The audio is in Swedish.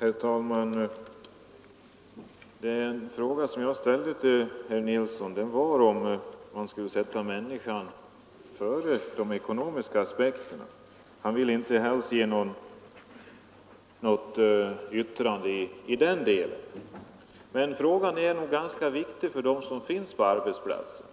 Herr talman! Den fråga som jag ställde till herr Nilsson i Växjö var om man skulle sätta människan före de ekonomiska aspekterna. Han ville inte avge något yttrande i den delen. Men frågan är nog ganska viktig för dem som drabbas på arbetsplatserna.